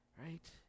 right